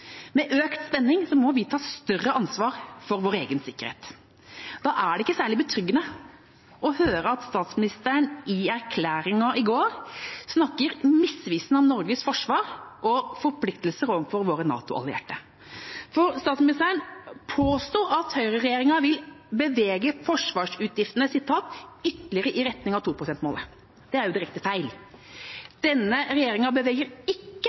Med økt spenning må vi ta større ansvar for vår egen sikkerhet. Da er det ikke særlig betryggende å høre at statsministeren i erklæringen i går snakket misvisende om Norges forsvar og forpliktelser overfor våre NATO-allierte. For statsministeren påsto at høyreregjeringen vil bevege forsvarsutgiftene «ytterligere i retning av 2-prosentmålet». Det er jo direkte feil: Denne regjeringa beveger ikke forsvarsutgiftene ytterligere i retning av 2 pst. Denne regjeringa beveger